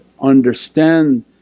understand